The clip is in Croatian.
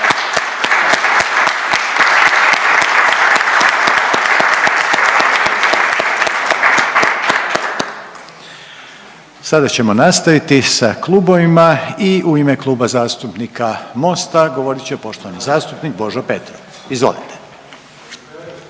Sada ćemo nastaviti sa klubovima i u ime Kluba zastupnika Mosta govorit će poštovani zastupnik Božo Petrov, izvolite.